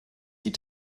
die